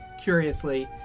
curiously